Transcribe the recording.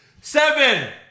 Seven